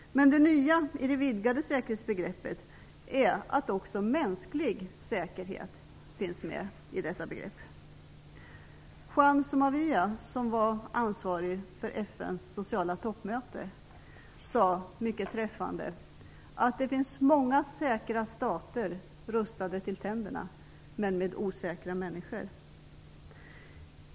Men det nya i det vidgade säkerhetsbegreppet är att också mänsklig säkerhet finns med i detta begrepp. Juan Somarra, som var ansvarig för FN:s sociala toppmöte, sade mycket träffande att det finns många säkra stater rustade till tänderna men med osäkra människor.